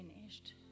finished